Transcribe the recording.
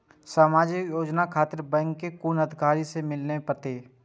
समाजिक योजना खातिर बैंक के कुन अधिकारी स मिले परतें?